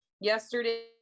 yesterday